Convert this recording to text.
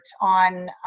on